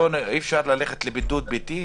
אי אפשר ללכת לבידוד ביתית?